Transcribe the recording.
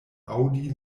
aŭdi